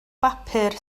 bapur